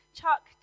Chuck